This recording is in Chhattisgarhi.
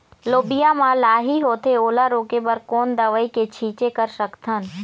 लोबिया मा लाही होथे ओला रोके बर कोन दवई के छीचें कर सकथन?